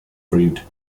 brewed